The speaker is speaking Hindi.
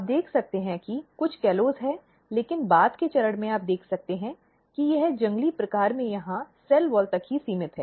आप देख सकते हैं कि कुछ कॉलोज़ हैं लेकिन बाद के चरण में आप देख सकते हैं कि यह जंगली प्रकार में यहाँ सेल वॉल तक ही सीमित है